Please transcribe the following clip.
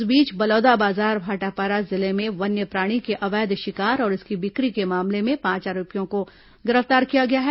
इस बीच बलौदाबाजार भाटापारा जिले में वन्यप्राणी के अवैध शिकार और इसकी बिक्री के मामले में पांच आरोपियों को गिरफ्तार किया गया है